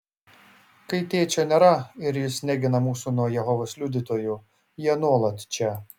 kai tėčio nėra ir jis negina mūsų nuo jehovos liudytojų jie nuolat čia